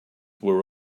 were